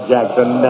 Jackson